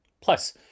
Plus